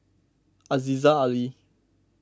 Aziza Ali